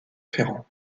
ferrand